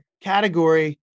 category